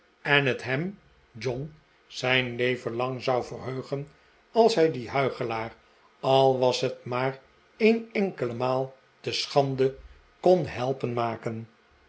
en het hem john zijn leven lang zou verheugen als hij dien huichelaar al was het maar een enkele maal te schande kon helpen